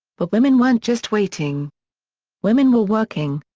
but women weren't just waiting women were working.